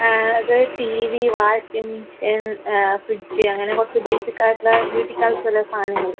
ആ അത് T V washing machine fridge അങ്ങനെ കുറച്ച് ബേസിക് ആയിട്ടുള്ള വീട്ടിലേക്ക് ആവശ്യമുള്ള സാധനങ്ങള്